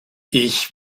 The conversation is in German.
ich